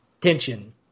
tension